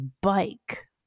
bike